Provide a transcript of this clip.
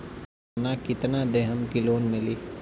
सोना कितना देहम की लोन मिली?